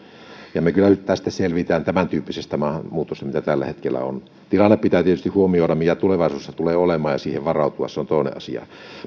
me kyllä nyt selviämme tämäntyyppisestä maahanmuutosta mitä tällä hetkellä on se tilanne pitää tietysti huomioida mikä tulevaisuudessa tulee olemaan ja siihen pitää varautua se on toinen asia